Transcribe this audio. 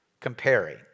Comparing